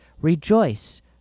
Rejoice